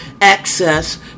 access